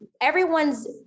everyone's